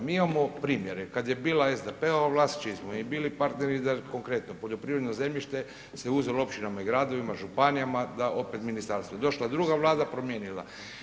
Mi imamo primjere kad je bila SDP-ova vlast čiji smo mi bili partneri, konkretno, poljoprivrednom zemljište se uzelo općinama i gradovima, županijama da opet ministarstvu, došla je druga vlada, promijenila.